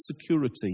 security